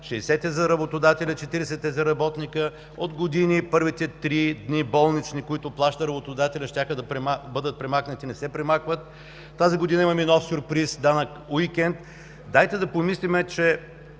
60 е за работодателя, 40 е за работника. От години първите три дни болнични плаща работодателят – щяха да бъдат премахнати, не се премахват. Тази година имаме нов сюрприз – данък уикенд. Дайте да помислим, че